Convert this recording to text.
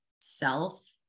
self